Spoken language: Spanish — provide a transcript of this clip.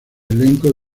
elenco